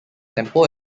temple